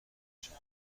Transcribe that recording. شود